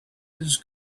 his